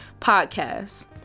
podcast